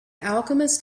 alchemist